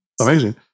amazing